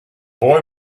boy